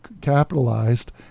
capitalized